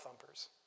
thumpers